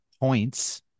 points